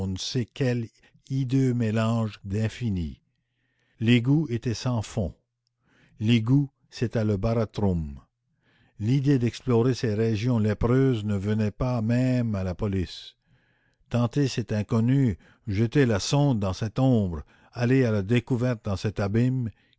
sait quel hideux mélange d'infini l'égout était sans fond l'égout c'était le barathrum l'idée d'explorer ces régions lépreuses ne venait pas même à la police tenter cet inconnu jeter la sonde dans cette ombre aller à la découverte dans cet abîme